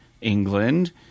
England